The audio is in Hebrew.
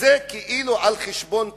וזה כאילו על-חשבון תרופות,